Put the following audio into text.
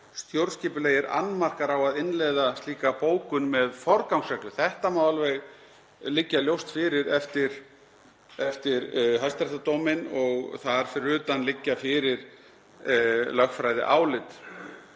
stjórnskipulegir annmarkar á að innleiða slíka bókun með forgangsreglu. Þetta má alveg liggja ljóst fyrir eftir hæstaréttardóminn og þar fyrir utan liggja fyrir lögfræðiálit,